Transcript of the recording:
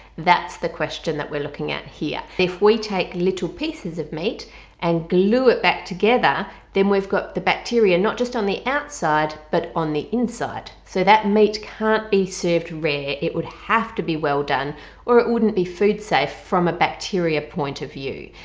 that's the question that we're looking at here. if we take little pieces of meat and glue it back together then we've got the bacteria not just on the outside but on the inside so that meat can't be served rare it would have to be well-done or it wouldn't be food safe from a bacterial point of view.